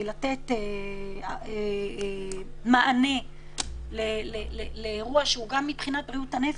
לתת מענה לאירוע שהוא גם מבחינת בריאות הנפש,